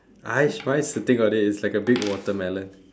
!hais! mine is sitting on it it's like a big watermelon